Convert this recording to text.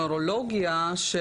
נוירולוגיה.